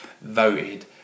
voted